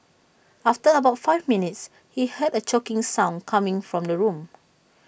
after about five minutes he heard A choking sound coming from the room